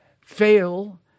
fail